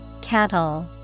Cattle